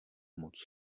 moc